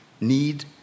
need